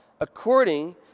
according